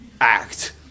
act